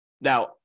Now